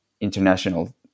international